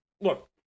Look